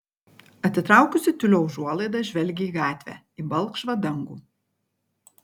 atitraukusi tiulio užuolaidą žvelgia į gatvę į balkšvą dangų